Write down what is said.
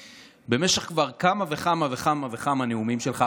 במשך כבר כמה וכמה וכמה וכמה נאומים שלך,